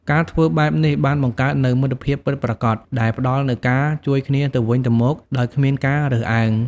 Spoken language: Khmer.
ការធ្វើបែបនេះបានបង្កើតនូវមិត្តភាពពិតប្រាកដដែលផ្តល់នូវការជួយគ្នាទៅវិញទៅមកដោយគ្មានការរើសអើង។